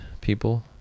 people